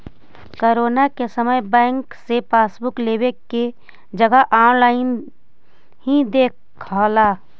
corona के समय bank से पासबुक लेवे के जगह ऑनलाइन ही देख ला